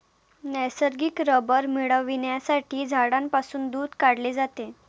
नैसर्गिक रबर मिळविण्यासाठी झाडांपासून दूध काढले जाते